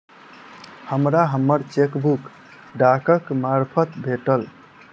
हमरा हम्मर चेकबुक डाकक मार्फत भेटल